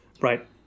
Right